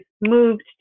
moved